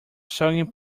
sung